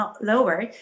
lower